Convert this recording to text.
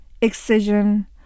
excision